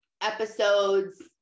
episodes